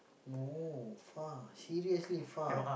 no far seriously far